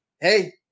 Hey